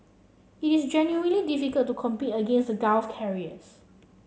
it is genuinely difficult to compete against the Gulf carriers